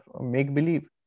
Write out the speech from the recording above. make-believe